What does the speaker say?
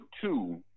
two